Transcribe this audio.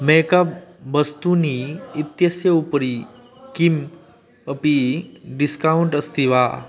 makeup वस्तूनि इत्यस्य उपरि किम् अपि डिस्कौण्ट् अस्ति वा